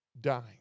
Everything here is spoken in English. dying